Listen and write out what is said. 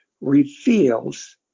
reveals